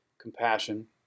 compassion